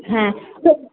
হ্যাঁ